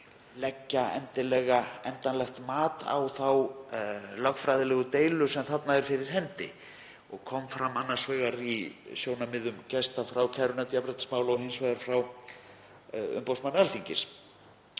leggja endilega endanlegt mat á þá lögfræðilegu deilu sem þarna er fyrir hendi og kom fram annars vegar í sjónarmiðum gesta frá kærunefnd jafnréttismála og hins vegar frá umboðsmanni Alþingis.